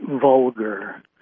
vulgar